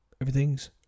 Everything's